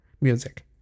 music